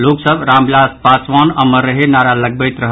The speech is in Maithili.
लोक सभ रामविलास पासवान अमर रहे नारा लगबैत रहल